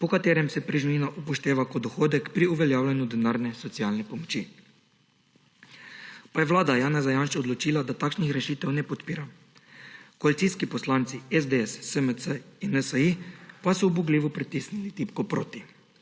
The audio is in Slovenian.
po katerem se preživnina upošteva kot dohodek pri uveljavljanju denarne socialne pomoči. Vlada Janeza Janše je odločila, da takšnih rešitev ne podpira, koalicijski poslanci SDS, SMC in NSi pa so ubogljivo pritisnili tipko proti,